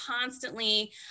constantly